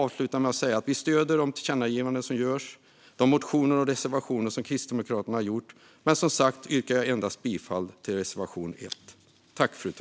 Vi stöder de tillkännagivanden som utskottet föreslår samt Kristdemokraternas motioner och reservationer. Men jag yrkar som sagt bifall endast till reservation 1.